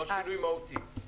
לא שינוי מהותי.